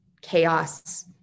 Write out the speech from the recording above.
chaos